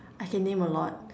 I can name a lot